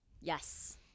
Yes